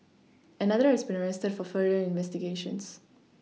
another has been arrested for further investigations